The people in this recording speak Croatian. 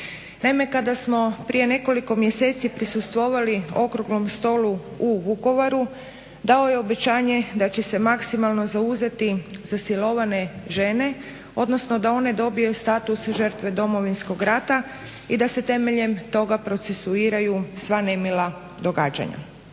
kada smo prije nekoliko mjeseci prisustvovali okruglom stolu u Vukovaru dao je obećanje da će se maksimalno zauzeti za silovane žene, odnosno da one dobiju status žrtve Domovinskog rata i da se temeljem toga procesuiraju sva nemila događanja.